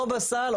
או בסל,